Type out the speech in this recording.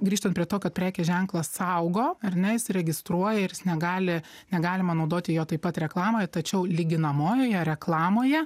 grįžtant prie to kad prekės ženklas saugo ar ne jis registruoja ir jis negali negalima naudoti jo taip pat reklamoje tačiau lyginamojoje reklamoje